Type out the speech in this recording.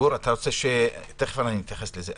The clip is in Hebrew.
תיכף נתייחס לזה.